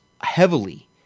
heavily